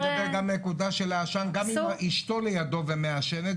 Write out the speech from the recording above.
גם אם אשתו מעשנת לידו,